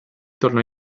tornò